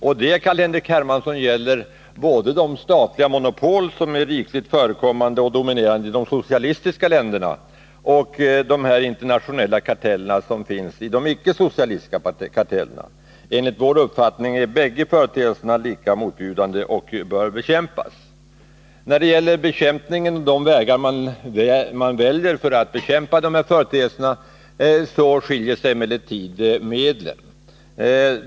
Och det, Carl-Henrik Hermansson, gäller både de statliga monopol som är rikligt förekommande och dominerande i de iska länderna och de internationella kartellerna, som finns i de sociali icke-socialistiska länderna. Enligt vår uppfattning är bägge företeelserna lika motbjudande och bör bekämpas. När det gäller de vägar man väljer för att bekämpa företeelserna skiljer sig emellertid medlen.